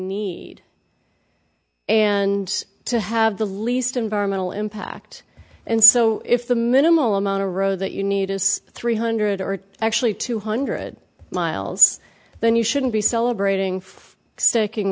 need and to have the least environmental impact and so if the minimal amount a road that you need is three hundred or actually two hundred miles then you shouldn't be celebrating for sticking